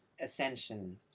Ascension